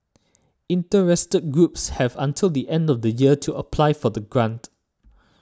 interested groups have until the end of the year to apply for the grant